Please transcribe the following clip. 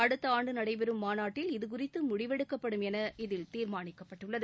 அடுத்த ஆண்டு நடைபெறும் மாநாட்டில் இதுகுறித்து முடிவெடுக்கப்படும் என இதில் தீர்மானிக்கப்பட்டுள்ளது